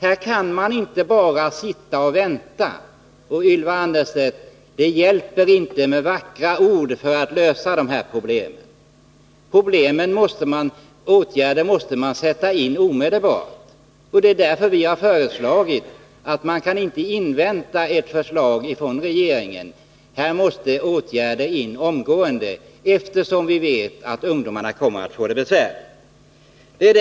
Här kan man inte bara sitta och vänta. Och, Ylva Annerstedt, det hjälper inte med vackra ord för att lösa de här problemen. Åtgärder måste sättas in omedelbart, och det är därför vi har sagt att man inte kan invänta ett förslag från regeringen — åtgärder måste sättas in omgående, eftersom vi vet att ungdomarna kommer att få det besvärligt.